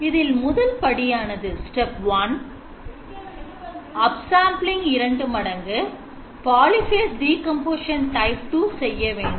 இதில் முதல் படியானது upsampling 2 மடங்கு polyphase decomposition type 2 செய்ய வேண்டும்